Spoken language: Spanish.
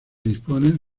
disponen